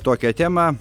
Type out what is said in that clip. tokią temą